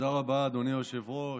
תודה רבה, אדוני היושב-ראש.